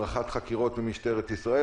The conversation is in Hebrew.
רח"ט חקירות במשטרת ישראל,